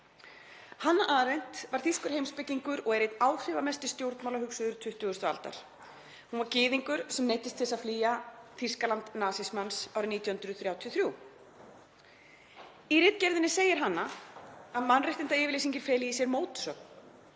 Hannah Arendt var þýskur heimspekingur og er einn áhrifamesti stjórnmálahugsuður 20. aldar. Hún var gyðingur sem neyddist til að flýja Þýskalandi nasismans árið 1933. Í ritgerðinni segir Hannah að mannréttindayfirlýsingin feli í sér mótsögn;